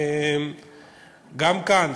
גם כאן,